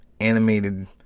animated